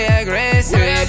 aggressive